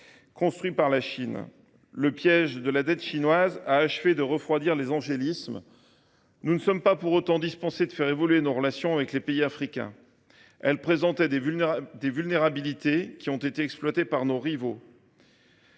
construit par la China à Addis Abeba… Le piège de la dette chinoise a achevé de refroidir les angélismes. Nous ne sommes pas pour autant dispensés de faire évoluer nos relations avec les pays africains. Elles présentaient des vulnérabilités qui ont été exploitées par nos rivaux.